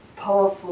powerful